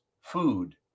food